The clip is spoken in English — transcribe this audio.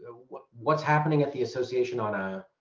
what's what's happening at the association on a